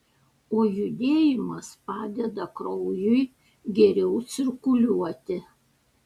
o judėjimas padeda kraujui geriau cirkuliuoti